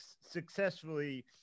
successfully